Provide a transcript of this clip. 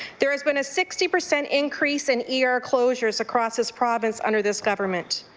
there has been a sixty percent increase in e r closures across this province under this government.